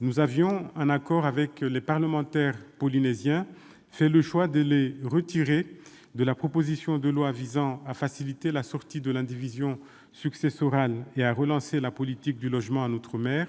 Nous avions, en accord avec les parlementaires polynésiens, fait le choix de les retirer de l'examen de la proposition de loi visant à faciliter la sortie de l'indivision successorale et à relancer la politique du logement en outre-mer,